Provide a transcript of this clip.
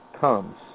comes